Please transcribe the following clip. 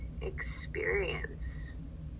experience